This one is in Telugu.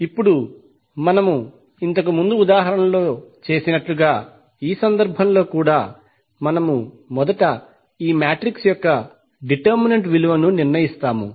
ఇప్పుడు మనము ఇంతకు ముందు ఉదాహరణలో చేసినట్లుగా ఈ సందర్భంలో కూడా మనము మొదట ఈ మాట్రిక్స్ యొక్క డిటెర్మినెంట్ విలువను నిర్ణయిస్తాము